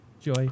Joy